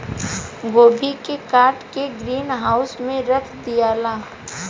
गोभी के काट के ग्रीन हाउस में रख दियाला